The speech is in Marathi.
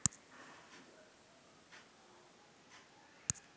मेंढ्या वयाच्या एक ते दीड वर्षाच्या वयात कोकरांना जन्म द्यायला तयार होतात